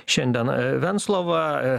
šiandien venclova